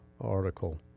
article